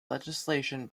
legislation